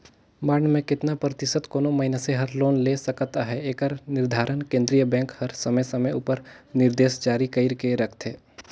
bond में केतना परतिसत कोनो मइनसे हर लोन ले सकत अहे एकर निरधारन केन्द्रीय बेंक हर समे समे उपर निरदेस जारी कइर के रखथे